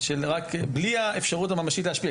רק בלי האפשרות הממשית להשפיע,